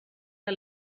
que